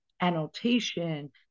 annotation